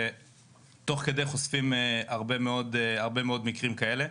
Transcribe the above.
ותוך כדי הם חושפים הרבה מאוד מקרים כאלה.